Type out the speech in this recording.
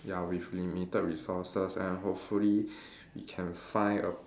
ya with limited resources and hopefully we can find a